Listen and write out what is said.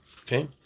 Okay